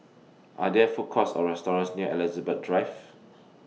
Are There Food Courts Or restaurants near Elizabeth Drive